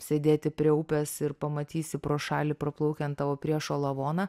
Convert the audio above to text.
sėdėti prie upės ir pamatysi pro šalį praplaukiant tavo priešo lavoną